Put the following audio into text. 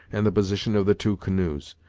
and the position of the two canoes.